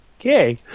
Okay